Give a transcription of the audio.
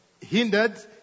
hindered